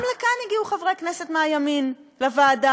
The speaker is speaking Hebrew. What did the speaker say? גם לכאן הגיעו חברי כנסת מהימין לוועדה,